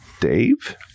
Dave